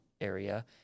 area